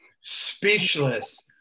Speechless